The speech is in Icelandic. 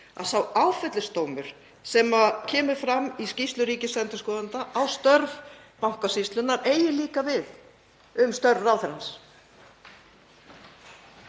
að sá áfellisdómur sem kemur fram í skýrslu ríkisendurskoðanda á störf Bankasýslunnar eigi líka við um störf ráðherrans.